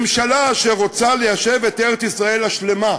ממשלה שרוצה ליישב את ארץ-ישראל השלמה,